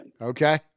Okay